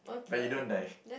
but you don't die